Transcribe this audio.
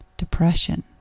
depression